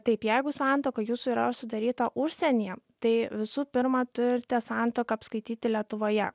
taip jeigu santuoka jūsų yra sudaryta užsienyje tai visų pirma turite santuoką apskaityti lietuvoje